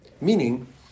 meaning